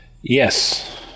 yes